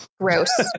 gross